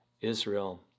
Israel